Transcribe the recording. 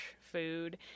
food